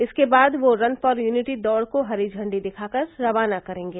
इसके बाद वह रन फॉर यूनिटी दौड़ को हरी झंडी दिखा कर रवाना करेंगे